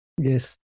yes